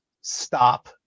stop